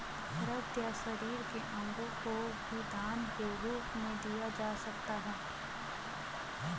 रक्त या शरीर के अंगों को भी दान के रूप में दिया जा सकता है